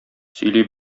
сөйли